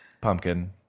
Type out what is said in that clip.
Pumpkin